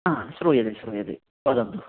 हा श्रूयते श्रूयते वदन्तु